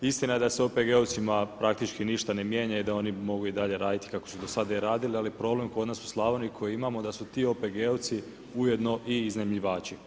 Istina je da se OPG-ovcima praktički ništa ne mijenja i da oni mogu i dalje raditi kako su do sada i radili, ali problem kod nas u Slavoniji koji imamo da su ti OPG-ovici ujedno i iznajmljivači.